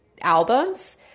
albums